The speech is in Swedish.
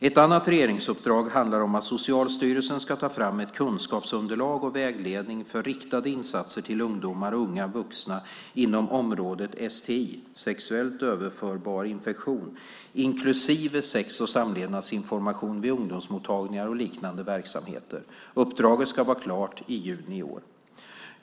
Ett annat regeringsuppdrag handlar om att Socialstyrelsen ska ta fram ett kunskapsunderlag och vägledning för riktade insatser till ungdomar och unga vuxna inom området STI, sexuellt överförbar infektion, inklusive sex och samlevnadsinformationen vid ungdomsmottagningar och liknande verksamheter. Uppdraget ska vara klart i juni i år.